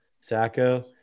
Sacco